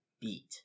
beat